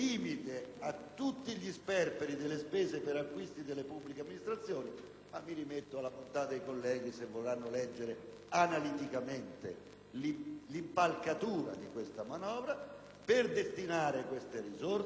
tutti gli sperperi delle spese per acquisti delle pubbliche amministrazioni (mi rimetto alla bontà dei colleghi se vorranno leggere analiticamente l'impalcatura di questa manovra), per destinare le seguenti risorse: